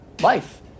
life